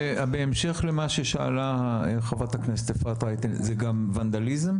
ובהמשך למה ששאלה חברת הכנסת אפרת רייטן זה גם ונדליזם?